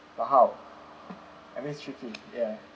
but how I mean it's tricky ya mm